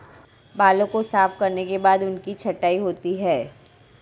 बालों को साफ करने के बाद उनकी छँटाई होती है